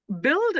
build